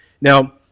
Now